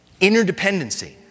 Interdependency